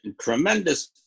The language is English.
tremendous